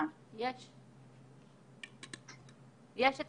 ולבקש בחינה חוזרת אולם בפועל אזרחים רבים טוענים שאי אפשר